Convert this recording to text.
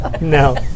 No